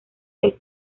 del